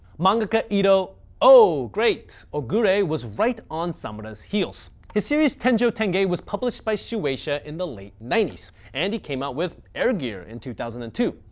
mangaka ito oh! great ogure was right on samura's heels. his series tenjo tenge was published by shuiesha in the late ninety s and he came out with air gear in two thousand and two.